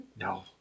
No